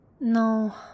No